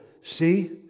See